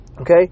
Okay